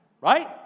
right